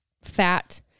fat